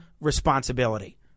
responsibility